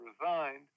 resigned